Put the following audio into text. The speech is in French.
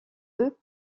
eux